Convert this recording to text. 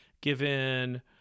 given